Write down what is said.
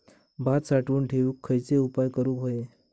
भात साठवून ठेवूक खयचे उपाय करूक व्हये?